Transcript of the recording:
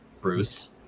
Bruce